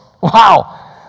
wow